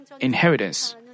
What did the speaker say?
inheritance